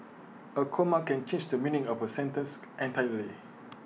A comma can change the meaning of A sentence entirely